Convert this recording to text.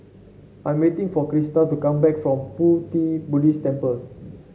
I'm waiting for Krista to come back from Pu Ti Buddhist Temple